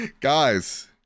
Guys